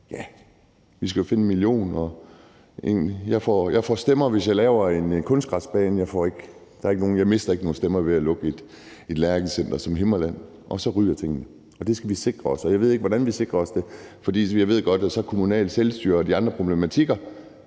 man: Vi skal jo finde 1 mio. kr., og jeg får stemmer, hvis jeg laver en kunstgræsplæne, men jeg mister ikke nogen stemmer ved at lukke et læringscenter som Læringscenter Himmerland, og så ryger tingene. Det skal vi sikre os imod, og jeg ved ikke, hvordan vi sikrer os imod det, for jeg ved godt, at der er kommunalt selvstyre, og at der er andre problematikker,